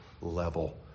level